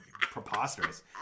Preposterous